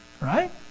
right